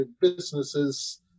businesses